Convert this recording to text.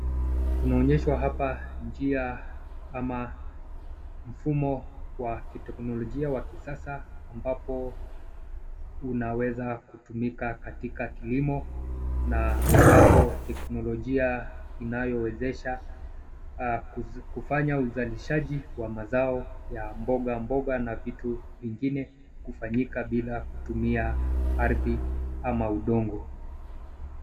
Tunaonyeshwa hapa injia ama mfumo wa kiteklojia wa kisasa ambapo unaweza kutumika katika kilimo na ambapo teklojia inaowezesha kufanya uzalishaji wa mazao ya mboga mboga na vitu vingine bila kutumia aradhi au udongo.